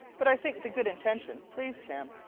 but i think the good intention pleased him.